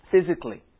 physically